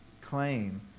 claim